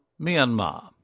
Myanmar